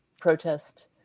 protest